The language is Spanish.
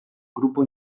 grupo